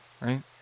right